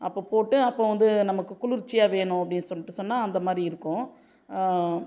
அப்போ போட்டு அப்போ வந்து நமக்கு குளிர்ச்சியான வேணும் அப்படின்னு சொல்லிட்டு சொன்னால் அந்த மாதிரி இருக்கும்